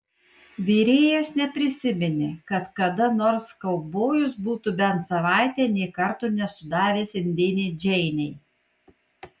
virėjas neprisiminė kad kada nors kaubojus būtų bent savaitę nė karto nesudavęs indėnei džeinei